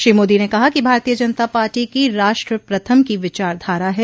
श्री मोदी ने कहा कि भारतीय जनता पार्टी की राष्ट्र प्रथम की विचारधारा है